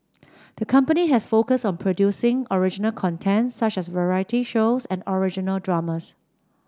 the company has focused on producing original content such as variety shows and original dramas